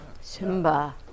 Simba